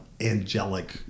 angelic